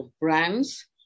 brands